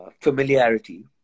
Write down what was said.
familiarity